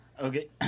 Okay